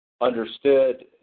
understood